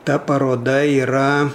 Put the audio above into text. ta paroda yra